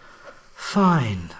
Fine